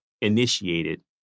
initiated